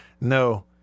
No